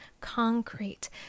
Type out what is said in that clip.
concrete